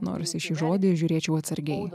nors į šį žodį žiūrėčiau atsargiai